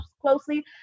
closely